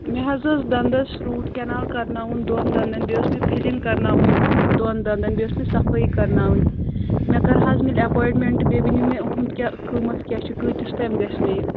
مےٚ حظ ٲس دَنٛدَس روٗٹ کینال کَرناوُن دۄن دَنٛدَن بیٚیہِ ٲس مےٚ فِلِنٛگ کَرناوٕنۍ دۄن دَنٛدَن بیٚیہِ ٲس مےٚ صفٲیی کَرناوٕنۍ مےٚ کَرٕ حظ میلہِ ایپواینٛٹمٮ۪نٛٹہٕ بیٚیہِ ؤنِو مےٚ یِہُنٛد کیٛاہ قۭمتھ کیٛاہ چھُ کۭتِس تام گژھِ مےٚ یہِ